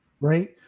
Right